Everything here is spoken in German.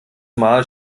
mal